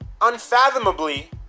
Unfathomably